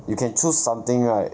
you can choose something right